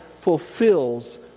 fulfills